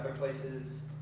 places,